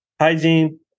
hygiene